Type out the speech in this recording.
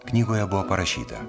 knygoje buvo parašyta